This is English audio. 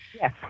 Yes